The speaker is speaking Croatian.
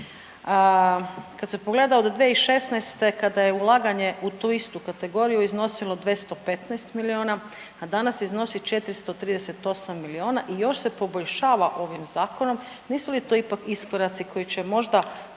Kad se pogleda od 2016. kada je ulaganje u tu istu kategoriju iznosilo 215 miliona, a danas iznosi 438 miliona i još se poboljšava ovim zakonom. Nisu li to ipak iskoraci koji će možda